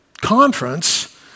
conference